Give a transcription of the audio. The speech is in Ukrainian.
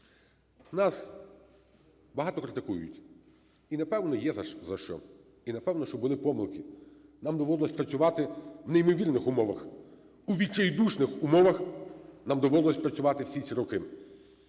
Нас багато критикують, і, напевно, є за що. І, напевно, що були помилки. Нам доводилось працювати в неймовірних умовах, у відчайдушних умовах нам доводилось працювати всі ці роки.